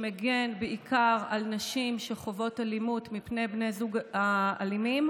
שמגן בעיקר על נשים שחוות אלימות מפני בני זוג אלימים,